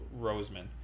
Roseman